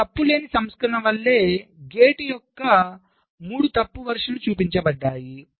ఇది తప్పు లేని సంస్కరణ వలె గేట్ యొక్క 3 తప్పు వెర్షన్లు చూపించబడ్డాయి